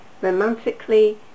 romantically